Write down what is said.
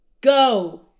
Go